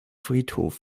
friedhof